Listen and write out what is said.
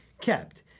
kept